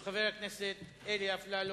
של חבר הכנסת אלי אפללו.